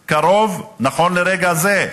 נכון לרגע הזה,